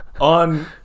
on